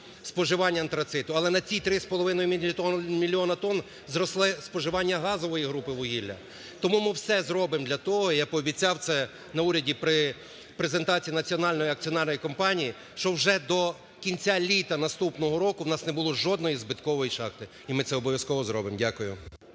споживання антрациту. Але на ті 3,5 мільйони тонн зросли споживання газової групи вугілля, тому ми все зробимо для того, я пообіцяв це на уряді при презентації Національної акціонерної компанії, що вже до кінця літа наступного року у нас не було жодної збиткової шахти. І ми це обов'язково зробимо. Дякую.